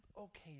okay